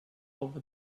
over